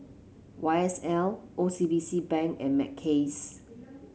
Y S L O C B C Bank and Mackays